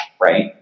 right